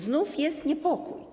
Znów jest niepokój.